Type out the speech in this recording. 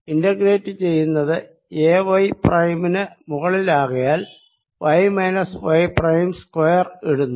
integrate ചെയ്യുന്നത് a y പ്രൈമിന് മുകളിലാകയാൽ y minus y prime square ഇടുന്നു